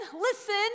listen